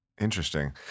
Interesting